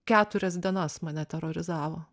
keturias dienas mane terorizavo